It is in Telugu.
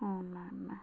అవునా అన్న